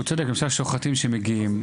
יש שוחטים שמגיעים,